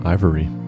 Ivory